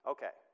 Okay